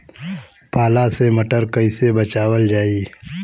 पाला से मटर कईसे बचावल जाई?